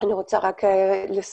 אני רוצה רק לספר,